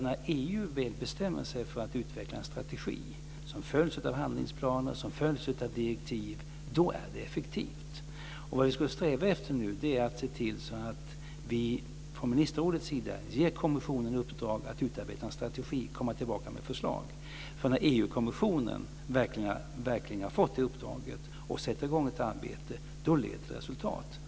När EU väl bestämmer sig för att utveckla en strategi som följs av handlingsplaner och av direktiv är det effektivt. Det som vi nu ska sträva efter är att se till att ministerrådet ger kommissionen i uppdrag att utarbeta en strategi och komma tillbaka med förslag. När EU-kommissionen verkligen har fått det uppdraget och sätter i gång ett arbete, leder det till resultat.